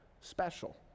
special